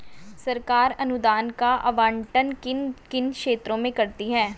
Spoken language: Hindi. सरकार अनुदान का आवंटन किन किन क्षेत्रों में करती है?